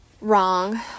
Wrong